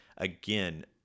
Again